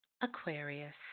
Aquarius